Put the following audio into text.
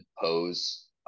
pose